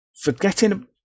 Forgetting